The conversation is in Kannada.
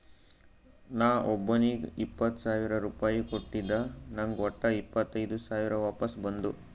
ನಾ ಒಬ್ಬೋನಿಗ್ ಇಪ್ಪತ್ ಸಾವಿರ ರುಪಾಯಿ ಕೊಟ್ಟಿದ ನಂಗ್ ವಟ್ಟ ಇಪ್ಪತೈದ್ ಸಾವಿರ ವಾಪಸ್ ಬಂದು